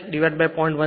તેથી x 2 r2 0